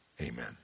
Amen